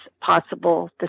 possible